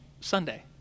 Sunday